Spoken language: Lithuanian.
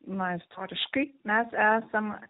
na istoriškai mes esam